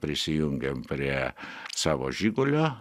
prisijungėm prie savo žigulio